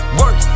work